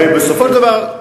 הרי בסופו של דבר,